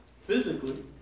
Physically